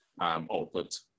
Output